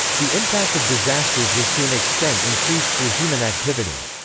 the impact of disasters was to an extent increased through human activity.